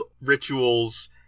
rituals